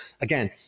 again